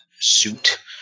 suit